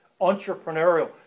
Entrepreneurial